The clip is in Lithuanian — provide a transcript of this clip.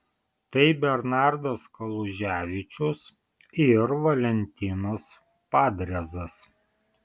tai bernardas kaluževičius ir valentinas padriezas